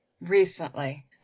recently